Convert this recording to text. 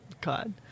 God